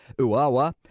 Uawa